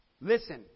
listen